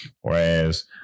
Whereas